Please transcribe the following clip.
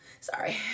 Sorry